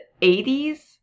80s